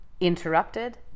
interrupted